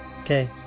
okay